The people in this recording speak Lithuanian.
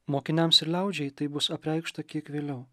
mokiniams ir liaudžiai tai bus apreikšta kiek vėliau